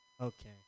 Okay